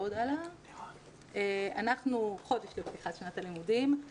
אנחנו חודש לפתיחת שנת הלימודים,